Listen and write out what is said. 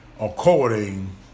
according